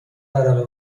ورقه